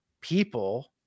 people